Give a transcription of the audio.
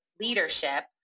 leadership